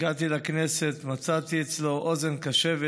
שכשהגעתי לכנסת מצאתי אצלו אוזן קשבת,